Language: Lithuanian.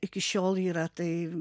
iki šiol yra tai